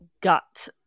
gut